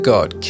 God